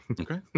Okay